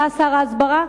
אתה שר ההסברה.